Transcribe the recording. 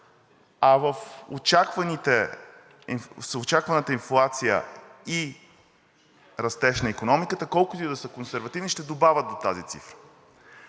а очакваната инфлация и растеж на икономиката, колкото и да са консервативни, ще добавят до тази цифра.